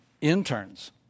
interns